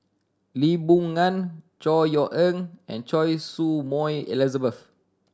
Lee Boon Ngan Chor Yeok Eng and Choy Su Moi Elizabeth